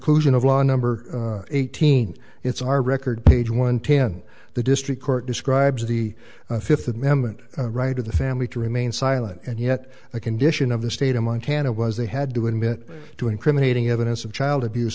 law number eighteen it's our record page one ten the district court describes the fifth amendment right of the family to remain silent and yet the condition of the state of montana was they had to admit to incriminating evidence of child abuse